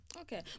Okay